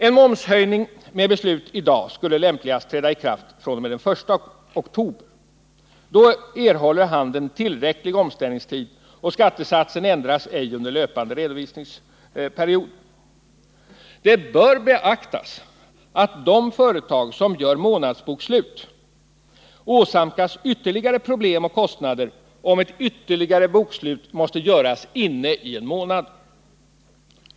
En momshöjning med beslut i dag skulle lämpligen träda i kraft fr.o.m. den 1 oktober. Då erhåller handeln tillräcklig omställningstid, och skattesatsen ändras ej under löpande redovisningsperiod. Det bör beaktas att de företag som gör månadsbokslut åsamkas ytterligare problem och kostnader om ett ytterligare bokslut måste göras inne i en månad.